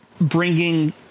bringing